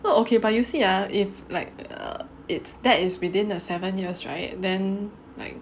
so okay but you see ah if like err it's that is within the seven years right then like